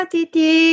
Titi